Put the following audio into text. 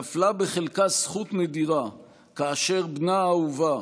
נפלה בחלקה זכות נדירה כאשר בנה אהובה,